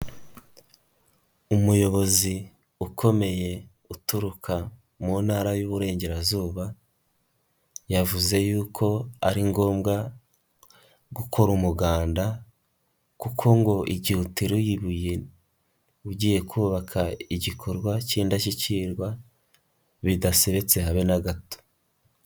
Umuyobozi ukomeye uturuka mu ntara y'Uburengerazuba, yavuze yuko ari ngombwa gukora umuganda kuko ngo igihe uteruye ibuye ugiye kubaka igikorwa cy'indashyikirwa, bidasebetse habe na gato.